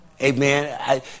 Amen